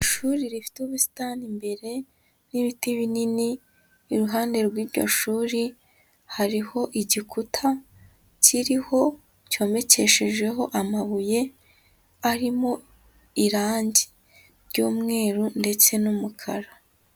Ishuri rifite ubusitani imbere n'ibiti binini, iruhande rw'iryo shuri hariho igikuta kiriho, cyomekeshejeho amabuye, arimo irange ry'umweru ndetse n'umukara.